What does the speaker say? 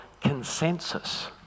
consensus